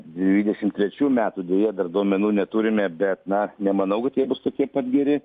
dvidešimt trečių metų deja dar duomenų neturime ir bet na nemanau kad jie bus tokie pat geri